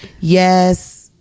yes